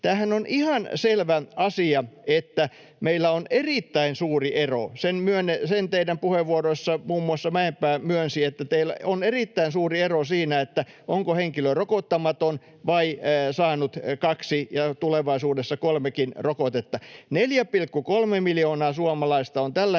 Tämähän on ihan selvä asia, että meillä on erittäin suuri ero — sen teidän puheenvuoroissanne muun muassa Mäenpää myönsi, että on erittäin suuri ero — siinä, onko henkilö rokottamaton vai saanut kaksi ja tulevaisuudessa kolmekin rokotetta. 4,3 miljoonaa suomalaista on tällä